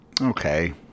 Okay